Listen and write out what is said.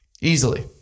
easily